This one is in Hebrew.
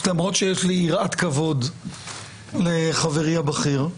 למרות שיש לי יראת כבוד לחברי הבכיר,